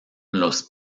los